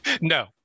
No